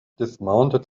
dismounted